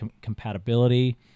compatibility